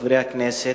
חברי הכנסת,